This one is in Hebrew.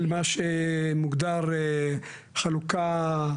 של מה שמוגדר חלוקה,